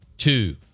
Two